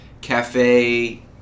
cafe